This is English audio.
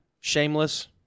Shameless